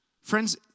Friends